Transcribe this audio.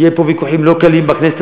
יהיו פה ויכוחים לא קלים, בכנסת